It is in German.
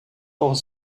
auch